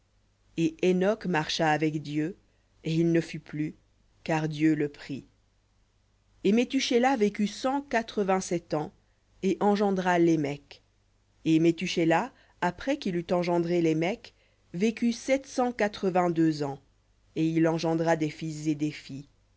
et hénoc marcha avec dieu et il ne fut plus car dieu le prit et methushélah vécut cent quatre-vingt-sept ans et engendra lémec et methushélah après qu'il eut engendré lémec vécut sept cent quatre-vingt-deux ans et il engendra des fils et des filles